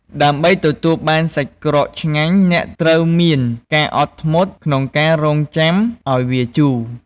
ដើម្បីទទួលបានសាច់ក្រកឆ្ងាញ់ អ្នកត្រូវមាន ការអត់ធ្មត់ ក្នុងការរង់ចាំឱ្យវាជូរ។